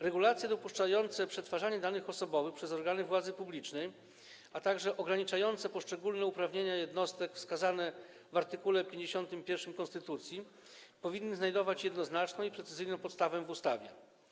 Regulacje dopuszczające przetwarzanie danych osobowych przez organy władzy publicznej, a także ograniczające poszczególne uprawnienia jednostek wskazane w art. 51 konstytucji powinny znajdować jednoznaczną i precyzyjną podstawę w ustawie.